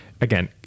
again